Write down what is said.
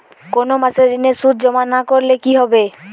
কোনো মাসে ঋণের সুদ জমা না করলে কি হবে?